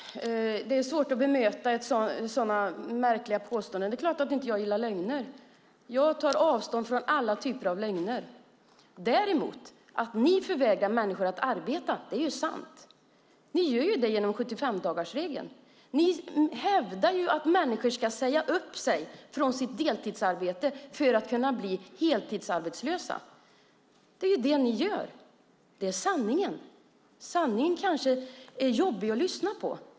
Herr talman! Det är svårt att bemöta sådana märkliga påståenden. Det är klart att jag inte gillar lögner. Jag tar avstånd från alla typer av lögner. Men att ni förvägrar människor att arbeta är sant. Ni gör det genom 75-dagarsregeln. Ni hävdar ju att människor ska säga upp sig från sitt deltidsarbete för att kunna bli heltidsarbetslösa. Det är det ni gör! Det är sanningen. Sanningen kanske är jobbig att lyssna på.